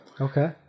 Okay